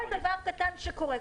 כל דבר קטן שקורה,